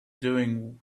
doing